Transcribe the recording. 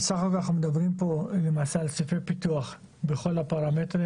בסך הכל אנחנו מדברים פה על סעיפי פיתוח בכל הפרמטרים